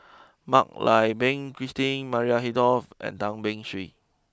Mak Lai Peng Christine Maria Hertogh and Tan Beng Swee